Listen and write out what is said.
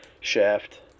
shaft